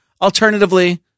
alternatively